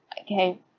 okay